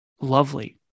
lovely